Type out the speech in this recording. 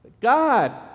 God